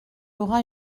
aura